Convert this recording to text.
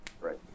right